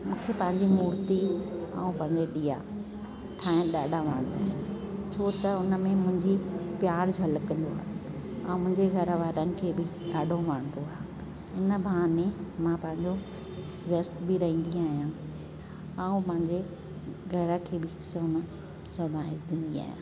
मूंखे पंहिंजी मुर्ती ऐं पंहिंजा दिया ठाहिण ॾाढा वणंदा आहिनि छो त उनमें मुंहिंजी प्यार झलकंदो आहे ऐं मुंहिंजे घर वारनि खे ॾाढो वणंदो आहे इन बहाने मां पंहिंजो व्यस्त बि रहंदी आहियां ऐं पंहिंजे घर खे बि सुहिणो सवारींदी आहियां